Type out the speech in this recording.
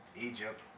Egypt